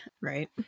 Right